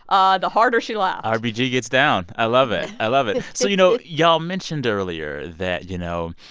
ah the harder she laughed ah rbg gets down. i love it. i love it. so, you know, y'all mentioned earlier that, you know,